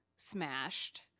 smashed